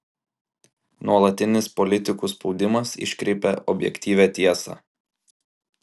nuolatinis politikų spaudimas iškreipia objektyvią tiesą